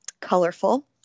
colorful